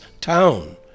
town